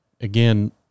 again